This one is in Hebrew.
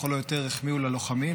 לכל היותר החמיאו ללוחמים,